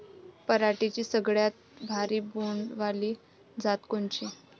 पराटीची सगळ्यात भारी बोंड वाली जात कोनची?